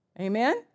Amen